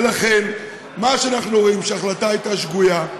ולכן, מה שאנחנו אומרים, שההחלטה הייתה שגויה.